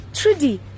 Trudy